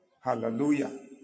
Hallelujah